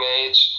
age